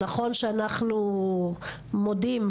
נכון שאנחנו מודים,